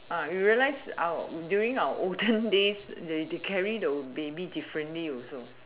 you realize during our olden days they carry the babies differently also